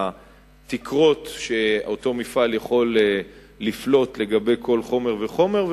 התקרות שאותו מפעל רשאי לפלוט לגבי כל חומר וחומר.